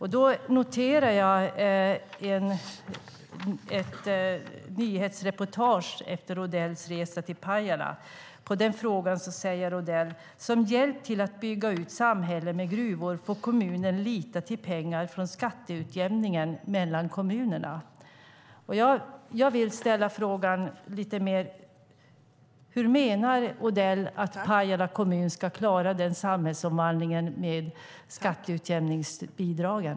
Jag noterar att i ett nyhetsreportage efter Odells resa till Pajala säger Odell som svar på en fråga: Som hjälp till att bygga ut samhällen med gruvor får kommunen lita till pengar från skatteutjämningen mellan kommunerna. Jag vill ställa frågan på ett lite annat sätt: Hur menar Odell att Pajala kommun ska klara denna samhällsomvandling med skatteutjämningsbidragen?